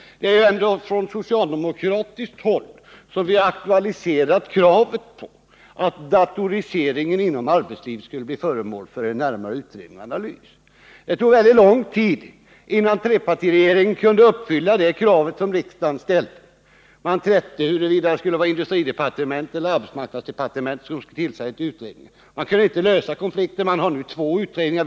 Det är ändå från socialdemokratiskt håll som vi har aktualiserat kravet på att datoriseringen inom arbetslivet skulle bli föremål för en närmare utredning och analys. Det tog mycket lång tid innan trepartiregeringen kunde uppfylla det krav som riksdagen ställde. Man trätte om huruvida det var industridepartementet eller arbetsmarknadsdepartementet som skulle tillsätta utredningen. Man kunde inte lösa konflikten, och nu finns det två utredningar.